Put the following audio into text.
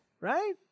right